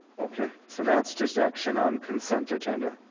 okay. so now it's just action on consent agenda.